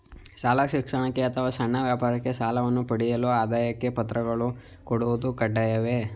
ಶಾಲಾ ಶಿಕ್ಷಣಕ್ಕೆ ಅಥವಾ ಸಣ್ಣ ವ್ಯಾಪಾರಕ್ಕೆ ಸಾಲವನ್ನು ಪಡೆಯಲು ಆದಾಯ ಪತ್ರಗಳನ್ನು ಕೊಡುವುದು ಕಡ್ಡಾಯವೇ?